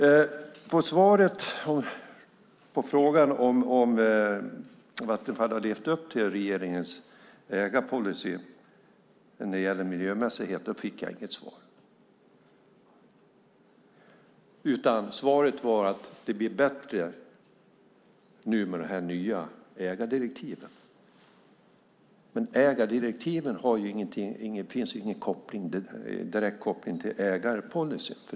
Jag fick inget svar på frågan om Vattenfall har levt upp till regeringens ägarpolicy när det gäller miljömässighet. Svaret var att det blir bättre nu med de nya ägardirektiven. Men ägardirektiven har ingen direkt koppling till ägarpolicyn.